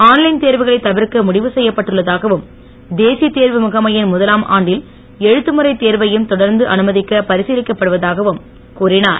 online தேர்வுகளைத் தவிர்க்க முடிவு செய்யப்பட்டுள்ளதாகவும் தேசியத் தேர்வு முகமையின் முதலாம் ஆண்டில் எழுத்துமுறைத் தேர்வையும் தொடர்ந்து அனுமதிக்க பரிசீலிக்கப் படுவதாகவும் கூறிஞர்